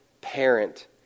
parent